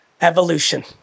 Evolution